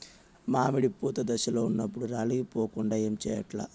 మామిడి పూత దశలో ఉన్నప్పుడు రాలిపోకుండ ఏమిచేయాల్ల?